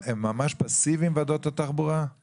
ועדת התחבורה ממש פסיביים?